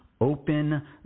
Open